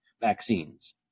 vaccines